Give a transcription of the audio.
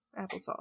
applesauce